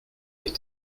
les